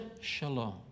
shalom